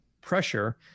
pressure